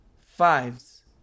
Fives